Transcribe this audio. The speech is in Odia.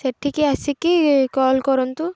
ସେଠିକି ଆସିକି କଲ୍ କରନ୍ତୁ